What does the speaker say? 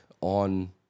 on